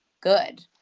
good